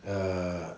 err